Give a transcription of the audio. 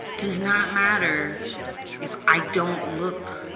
does not matter if i don't look,